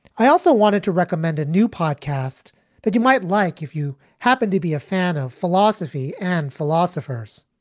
i also wanted to recommend a new podcast that you might like if you happen to be a fan of philosophy and philosophers.